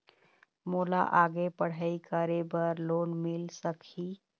मोला आगे पढ़ई करे बर लोन मिल सकही?